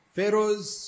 Pharaoh's